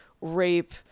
rape